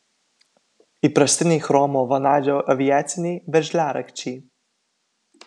įprastiniai chromo vanadžio aviaciniai veržliarakčiai